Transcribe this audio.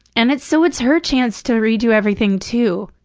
and it's so it's her chance to redo everything, too.